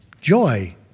Joy